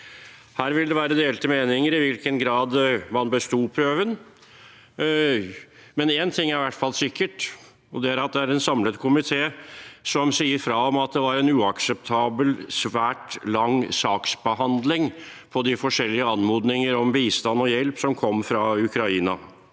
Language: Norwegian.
Her vil det være delte meninger om i hvilken grad de besto prøven. En ting er i hvert fall sikkert, og det er at det er en samlet komité som sier fra om at det var en uakseptabel, svært lang saksbehandling på de forskjellige anmodninger om bistand og hjelp som kom fra Ukraina.